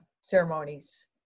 ceremonies